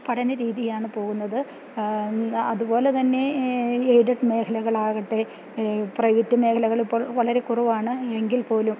പഠന രീതിയാണ് പോകുന്നത് അതുപോലെത്തന്നെ എയ്ഡഡ് മേഖലകളാകട്ടെ പ്രൈവറ്റ് മേഖലകളിപ്പോൾ വളരെ കുറവാണ് എങ്കിൽ പോലും